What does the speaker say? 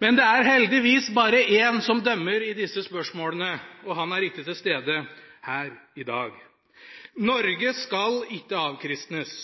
Men det er heldigvis bare én som dømmer i disse spørsmålene, og han er ikke til stede her i dag. Norge skal ikke avkristnes.